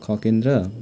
Khagendra